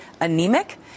anemic